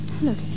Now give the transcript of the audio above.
Look